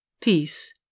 Peace